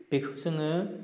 बेखौ जोङो